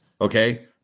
Okay